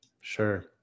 Sure